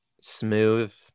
smooth